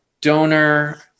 donor